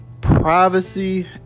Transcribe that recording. privacy